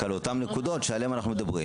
רק על אותן נקודות שעליהן אנחנו מדברים.